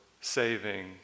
saving